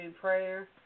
prayer